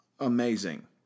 amazing